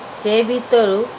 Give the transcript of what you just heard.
ସେ ଭିତରୁ